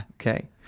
Okay